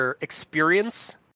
experience